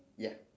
ya